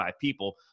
people